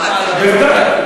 בוודאי.